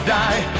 die